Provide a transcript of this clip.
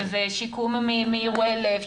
שזה שיקום מאירועי לב,